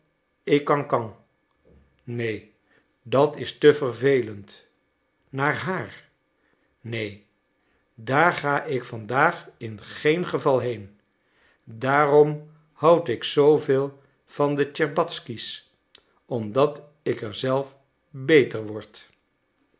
en cancan neen dat is te vervelend naar haar neen daar ga ik vandaag in geen geval heen daarom houd ik zooveel van de tscherbatzky's omdat ik er zelf beter word